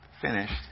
finished